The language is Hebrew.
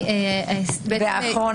הבאה,